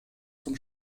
zum